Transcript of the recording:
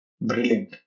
Brilliant